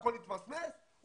הכול יתמסמס,